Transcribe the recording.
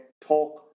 talk